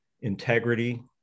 integrity